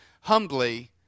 humbly